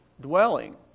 dwelling